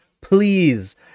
please